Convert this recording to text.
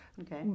Okay